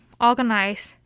organize